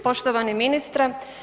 Poštovani ministre